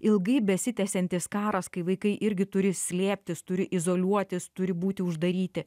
ilgai besitęsiantis karas kai vaikai irgi turi slėptis turi izoliuotis turi būti uždaryti